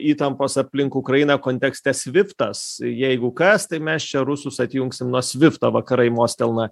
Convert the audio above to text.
įtampos aplink ukrainą kontekste sviftas jeigu kas tai mes čia rusus atjungsim nuo svifto vakarai mostelna